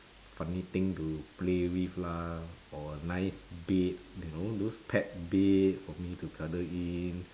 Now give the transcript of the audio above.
funny thing to play with lah or a nice bed you know those pet bed for me to cuddle in